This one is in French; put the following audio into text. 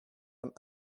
homme